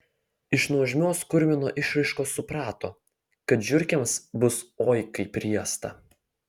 iš nuožmios kurmino išraiškos suprato kad žiurkėms bus oi kaip riesta